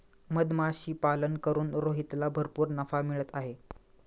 मधमाशीपालन करून रोहितला भरपूर नफा मिळत आहे